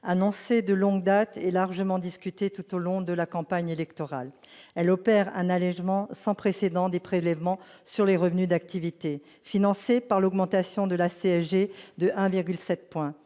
annoncé de longue date, largement discuté tout au long de la campagne électorale, elle opère un allégement sans précédent des prélèvements sur les revenus d'activité, financée par l'augmentation de la CSG de 1,7 points,